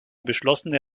beschlossene